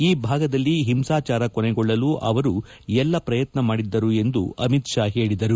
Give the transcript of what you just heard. ಈ ಭಾಗದಲ್ಲಿ ಒಂಸಾಚಾರ ಕೊನೆಗೊಳ್ಳಲು ಅವರು ಎಲ್ಲ ಪ್ರಯತ್ನ ಮಾಡಿದ್ದರು ಎಂದು ಅಮಿತ್ ಶಾ ಪೇಳಿದರು